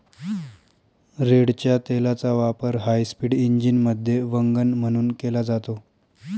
रेडच्या तेलाचा वापर हायस्पीड इंजिनमध्ये वंगण म्हणून केला जातो